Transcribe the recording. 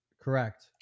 Correct